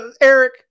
eric